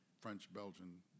French-Belgian